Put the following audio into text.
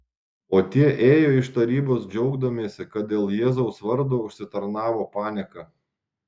o tie ėjo iš tarybos džiaugdamiesi kad dėl jėzaus vardo užsitarnavo panieką